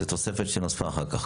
זה תוספת שנוספה אחר כך.